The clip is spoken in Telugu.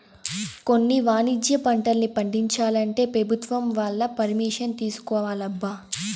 కొన్ని వాణిజ్య పంటల్ని పండించాలంటే పెభుత్వం వాళ్ళ పరిమిషన్ తీసుకోవాలబ్బా